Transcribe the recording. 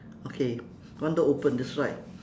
okay one door open that's right